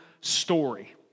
story